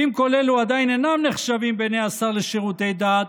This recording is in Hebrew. ואם כל אלו עדיין אינם נחשבים בעיני השר לשירותי דת,